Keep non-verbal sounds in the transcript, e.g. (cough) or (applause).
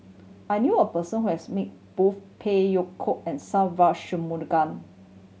I knew a person who has meet both Phey Yew Kok and Sa Va (unintelligible)